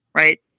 right.